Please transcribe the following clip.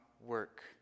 work